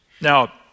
Now